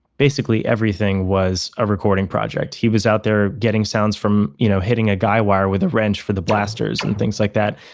basically everything was a recording project. he was out there getting sounds from you know hitting a guy wire with a wrench for the blasters and things like that.